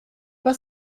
pas